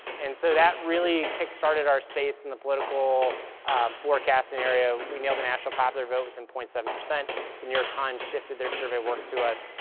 and so that really kick started our space in the political forecasting area. we nailed a national popular vote within point seven, the new york times shifted their survey work to us.